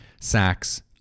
sacks